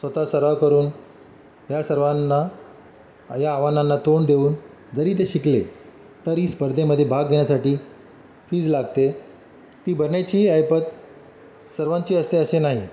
स्वतः सराव करून ह्या सर्वांना या आव्हानांना तोंड देऊन जरी ते शिकले तरी स्पर्धेमध्ये भाग घेण्यासाठी फीज लागते ती बनायची ऐपत सर्वांची असते असे नाही